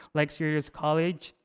like citrus college,